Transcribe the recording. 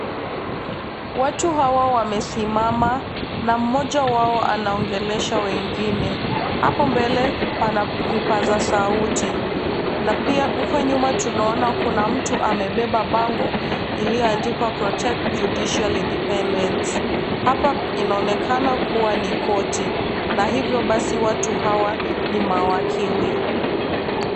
Watu hawa wamesimama na mmoja wao anaongelesha wengine. Hapo mbele pana vipaza sauti na pia huko nyuma tunaona kuna mtu amebeba iliyoandikwa protect Judicial independence . Hapa inaonekana kuwa ni koti na hivyo basi watu hawa ni mawakili.